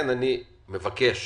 אני מבקש